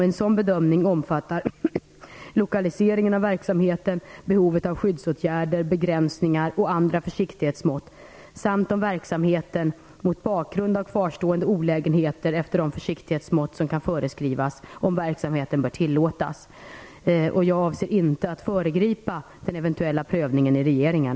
En sådan bedömning omfattar lokaliseringen av verksamheten, behovet av skyddsåtgärder, begränsningar och andra försiktighetsmått samt om verksamheten, mot bakgrund av kvarstående olägenheter efter de försiktighetsmått som kan föreskrivas, bör tillåtas. Jag avser inte att föregripa den eventuella prövningen i regeringen.